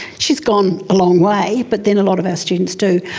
she has gone a long way, but then a lot of our students do.